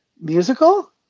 musical